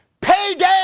Payday